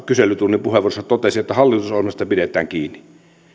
kyselytunnin puheenvuorossa totesi että hallitusohjelmasta pidetään kiinni